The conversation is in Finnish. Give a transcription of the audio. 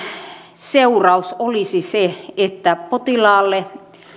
seuraus olisi se että potilaalle